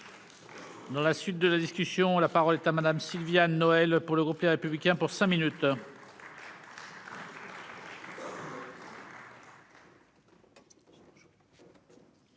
Dans la suite de la discussion, la parole est à Madame Sylvia Noël pour le groupe Les Républicains pour cinq minutes.